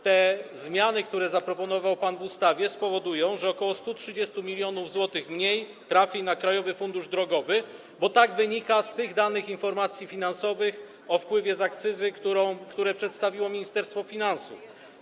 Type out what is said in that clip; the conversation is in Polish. Te zmiany, które zaproponował pan w ustawie, spowodują, że około 130 mln zł mniej trafi na Krajowy Fundusz Drogowy, bo tak wynika z danych informacji finansowych o wpływie z akcyzy, które przedstawiło Ministerstwo Finansów.